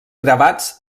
gravats